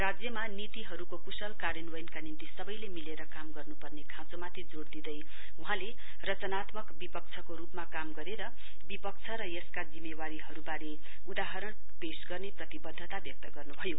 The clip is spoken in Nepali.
राज्यमा नीतिहरुको कुशल कार्यान्वयनका निम्ति सवैले मिलेर काम गर्नुपर्ने खाँचोमाथि जोड़ दिँदै वहाँले रचनात्मक विपक्षका रुपमा काम गरेर विपक्ष र यसका जिम्मेवारीहरुवारे उदाहरण पेश गर्ने प्रतिवध्दता व्यक्त गर्नुभयो